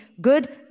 good